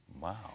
Wow